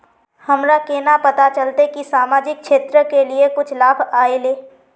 हमरा केना पता चलते की सामाजिक क्षेत्र के लिए कुछ लाभ आयले?